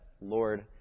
Lord